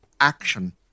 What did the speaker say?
action